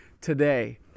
today